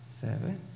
seven